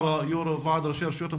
יו"ר ועד ראשי הרשויות המקומיות,